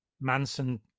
Manson